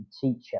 teacher